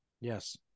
Yes